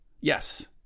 yes